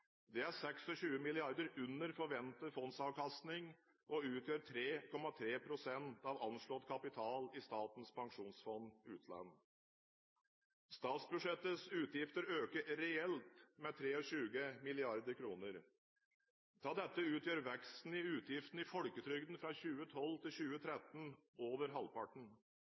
Det er 26 mrd. kr under forventet fondsavkastning og utgjør 3,3 pst. av anslått kapital i Statens pensjonsfond utland. Statsbudsjettets utgifter øker reelt med 23 mrd. kr. Av dette utgjør veksten i utgiftene i folketrygden fra 2012 til 2013 over halvparten.